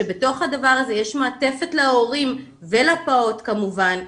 שבתוך הדבר הזה יש מעטפת להורים ולפעוט, כמובן.